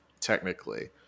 technically